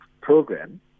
program